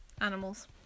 Animals